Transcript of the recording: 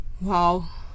Wow